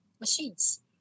machines